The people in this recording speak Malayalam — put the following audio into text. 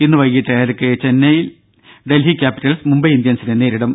ഇന്ന് വൈകീട്ട് ഏഴരക്ക് ചെന്നൈയിൽ ഡൽഹി ക്യാപിറ്റൽസ് മുംബൈ ഇന്ത്യൻസിനെ നേരിടും